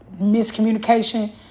miscommunication